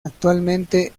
actualmente